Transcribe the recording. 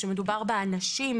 כאשר מדובר באנשים,